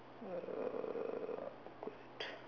uh awkward